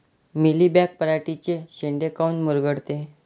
Mealybug पराटीचे चे शेंडे काऊन मुरगळते?